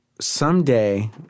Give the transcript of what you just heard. someday